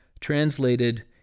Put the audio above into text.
translated